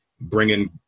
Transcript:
bringing